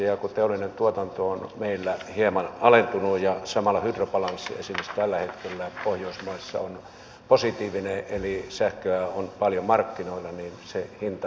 ja kun teollinen tuotanto on meillä hieman alentunut ja samalla hydrobalanssi esimerkiksi tällä hetkellä pohjoismaissa on positiivinen eli sähköä on paljon markkinoilla niin se hinta alenee